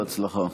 בהצלחה.